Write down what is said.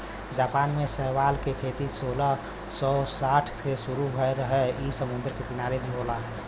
Japan में शैवाल के खेती सोलह सौ साठ से शुरू भयल रहे इ समुंदर के किनारे भी होला